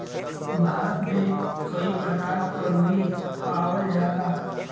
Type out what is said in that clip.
भारत में कई परकार क रुई पावल जाला